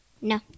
No